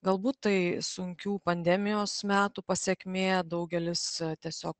galbūt tai sunkių pandemijos metų pasekmė daugelis tiesiog